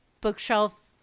bookshelf